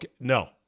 No